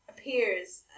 appears